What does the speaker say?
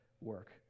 work